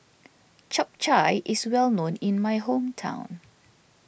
Chap Chai is well known in my hometown